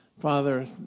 Father